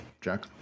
Jack